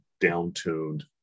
down-tuned